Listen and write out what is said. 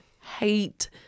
hate